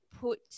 put